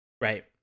Right